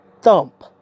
thump